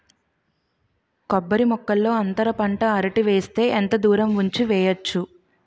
కొబ్బరి మొక్కల్లో అంతర పంట అరటి వేస్తే ఎంత దూరం ఉంచి వెయ్యొచ్చు?